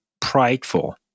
prideful